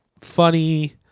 Funny